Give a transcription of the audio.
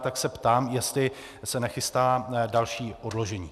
Tak se ptám, jestli se nechystá další odložení.